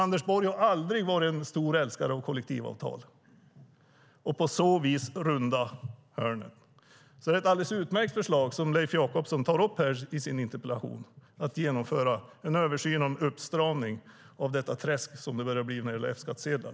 Anders Borg har aldrig varit en stor älskare av kollektivavtal. På så vis rundar man hörnen. Det är ett alldeles utmärkt förslag som Leif Jakobsson tar upp i sin interpellation. Det är att genomföra en översyn och en uppstramning av det träsk som det nu börjar bli när det gäller F-skattsedel.